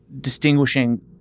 distinguishing